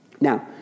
Now